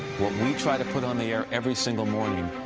what we try to put on the air every single morning,